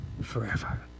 forever